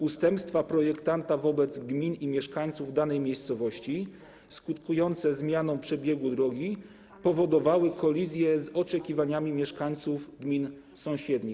Ustępstwa projektanta wobec gmin i mieszkańców danej miejscowości skutkujące zmianą przebiegu drogi powodowały kolizje z oczekiwaniami mieszkańców gmin sąsiednich.